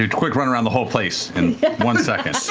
ah quick run around the whole place in one second.